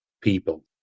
people